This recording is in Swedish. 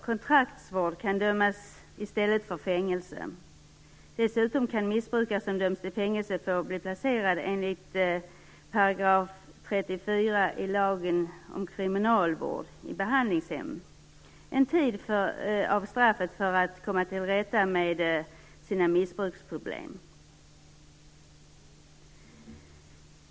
Kontraktsvård kan dömas i stället för fängelse. Dessutom kan missbrukare som döms till fängelse enligt § 34 i lagen om kriminalvård bli placerade i behandlingshem en tid av straffet för att komma till rätta med sina missbruksproblem.